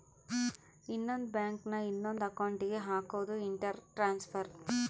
ಇನ್ನೊಂದ್ ಬ್ಯಾಂಕ್ ನ ಇನೊಂದ್ ಅಕೌಂಟ್ ಗೆ ಹಕೋದು ಇಂಟರ್ ಟ್ರಾನ್ಸ್ಫರ್